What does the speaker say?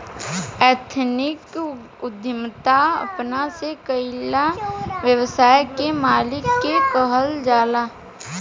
ethnic उद्यमिता अपना से कईल व्यवसाय के मालिक के कहल जाला